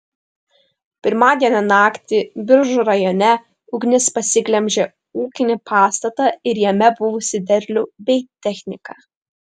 pirmadienio naktį biržų rajone ugnis pasiglemžė ūkinį pastatą ir jame buvusį derlių bei techniką